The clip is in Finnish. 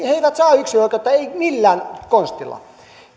he eivät saa yksinoikeutta eivät millään konstilla